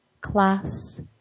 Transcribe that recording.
class